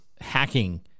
hacking